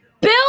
Bill